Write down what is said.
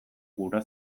gura